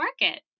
Market